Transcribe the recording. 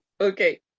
Okay